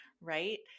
Right